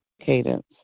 Cadence